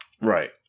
Right